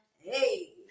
Hey